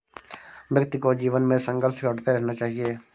व्यक्ति को जीवन में संघर्ष करते रहना चाहिए